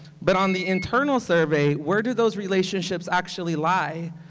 but on the internal survey, where do those relationships actually like?